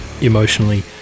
emotionally